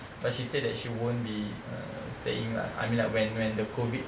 but she said that she won't be err staying lah I mean like when when the COVID